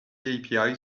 api